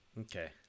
Okay